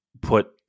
put